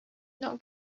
not